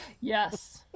Yes